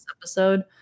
episode